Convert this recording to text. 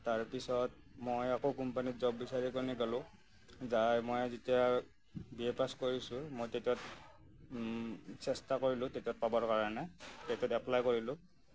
তাৰপিছত মই আকৌ কোম্পানীত জ'ব বিচাৰি কিনে গলোঁ যাই মই যেতিয়া বি এ পাছ কৰিছোঁ মই তেতিয়া চেষ্টা কৰিলোঁ তেতিয়া পাবৰ কাৰণে সেইটোত এপ্লাই কৰিলোঁ